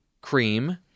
cream